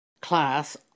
class